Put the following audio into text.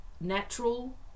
natural